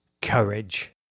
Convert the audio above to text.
Courage